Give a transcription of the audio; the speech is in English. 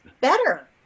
better